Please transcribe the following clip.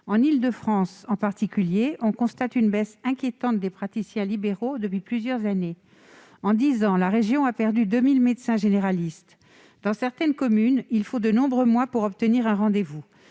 En Île-de-France en particulier, on constate une baisse inquiétante du nombre de praticiens libéraux depuis plusieurs années. En dix ans, la région a perdu 2 000 médecins généralistes. Dans certaines communes, il faut attendre de nombreux mois pour obtenir un rendez-vous.